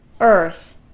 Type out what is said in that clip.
earth